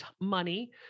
money